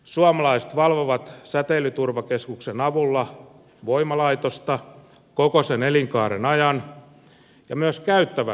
suomalaiset valvovat säteilyturvakeskuksen avulla voimalaitosta koko sen elinkaaren ajan ja myös käyttävät laitosta